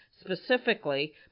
specifically